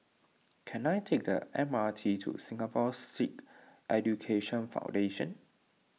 can I take the M R T to Singapore Sikh Education Foundation